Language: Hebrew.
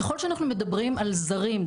ככל שאנחנו מדברים על זרים,